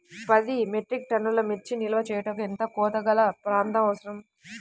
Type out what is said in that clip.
పది మెట్రిక్ టన్నుల మిర్చి నిల్వ చేయుటకు ఎంత కోలతగల ప్రాంతం అవసరం?